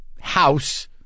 house